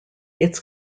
its